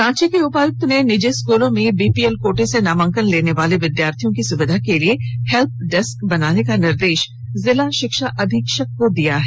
रांची के उपायुक्त ने निजी स्कूलों में बीपीएल कोटे से नामांकन लेने वाले विद्यार्थियों की सुविधा के लिए हेल्प डेस्क बनाने का निर्देश जिला शिक्षा अधीक्षक को दिया है